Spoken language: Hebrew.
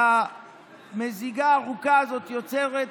והמזיגה הארוכה הזאת יוצרת